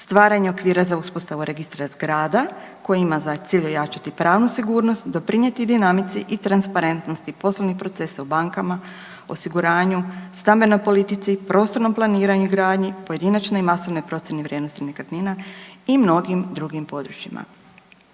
Stvaranje okvira za uspostavu Registra zgrada koji ima za cilj ojačati pravnu sigurnost, doprinijeti dinamici i transparentnosti poslovnih procesa u bankama, osiguranju, stambenoj politici, prostornom planiranju i gradnji, pojedinačnoj i masovnoj procijeni vrijednosti nekretnina i mnogim drugim područjima.